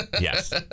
Yes